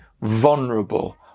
vulnerable